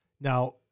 Now